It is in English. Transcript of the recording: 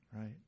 right